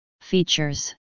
Features